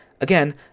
Again